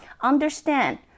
understand